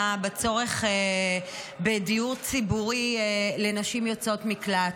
על הצורך בדיור ציבורי לנשים יוצאות מקלט.